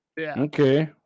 Okay